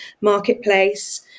marketplace